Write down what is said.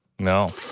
No